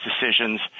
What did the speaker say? decisions